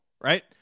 right